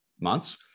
months